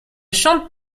chante